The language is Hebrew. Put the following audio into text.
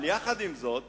אבל יחד עם זאת,